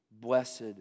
Blessed